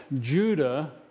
Judah